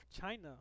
China